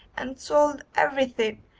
and sold everything,